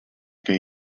que